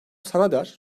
sanader